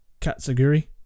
Katsuguri